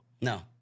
No